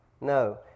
No